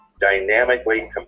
dynamically